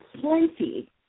plenty